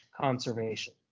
conservation